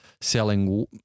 Selling